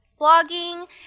Blogging